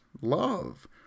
love